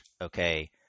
Okay